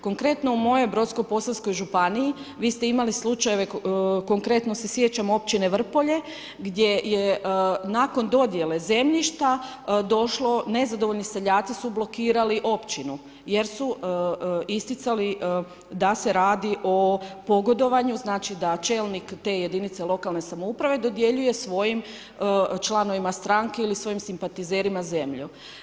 Konkretno u mojoj Brodsko posavskoj županiji, vi ste imali slučajeve, konkretno se sjećam općine Vrpolje, gdje nakon dodjele zemljište, došlo, nezadovoljni seljaci su blokirali općinu, jer su isticali da se radi o pogodovanju, znači da čelnik te jedinica lokalne samouprave dodjeljuje svojim članovima stranke ili svojim simpatizerima zemlju.